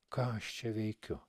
ką aš čia veikiu